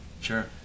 Sure